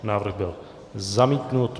Návrh byl zamítnut.